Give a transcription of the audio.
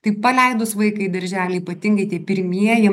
tai paleidus vaiką į darželį ypatingai tie pirmieji